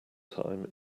time